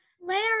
Larry